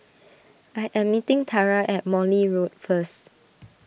I am meeting Tara at Morley Road first